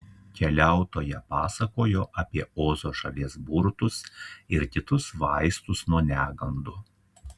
keliautoja pasakojo apie ozo šalies burtus ir kitus vaistus nuo negandų